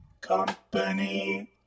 Company